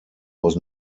was